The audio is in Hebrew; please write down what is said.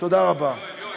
תודה רבה.